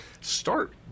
start